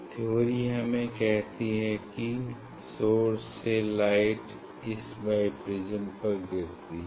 theory हमें कहती है कि सोर्स से लाइट इस बाई प्रिज्म पर गिरती है